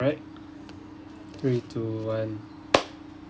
alright three two one